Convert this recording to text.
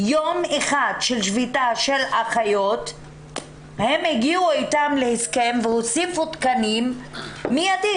יום אחד של שביתה של אחיות הם הגיעו איתם להסכם והוסיפו תקנים מיידית,